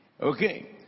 Okay